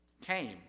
Came